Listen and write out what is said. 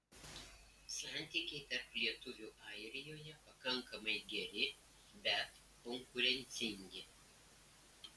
santykiai tarp lietuvių airijoje pakankamai geri bet konkurencingi